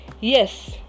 Yes